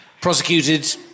prosecuted